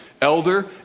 elder